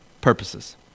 purposes